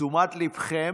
לתשומת ליבכם,